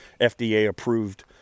FDA-approved